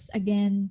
again